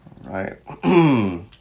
Right